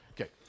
Okay